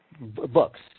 books